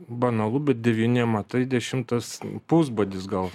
banalu bet devyni amatai dešimtas pusbadis gal